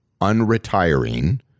unretiring